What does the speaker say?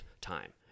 time